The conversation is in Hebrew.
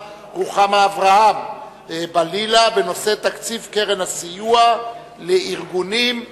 רוחמה אברהם-בלילא בנושא: תקציב קרן הסיוע לארגונים ועמותות.